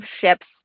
ships